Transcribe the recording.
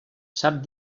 sap